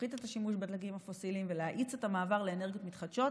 להפחית את השימוש בדלקים הפוסיליים ולהאיץ את המעבר לאנרגיות מתחדשות,